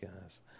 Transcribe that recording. guys